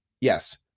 Yes